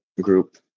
group